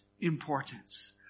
importance